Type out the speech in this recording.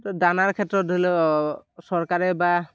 দানাৰ ক্ষেত্ৰত ধৰি লওক চৰকাৰে বা